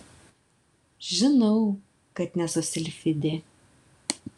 žinau kad nesu silfidė